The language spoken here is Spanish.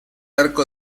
arco